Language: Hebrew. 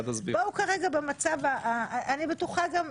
אני בטוחה,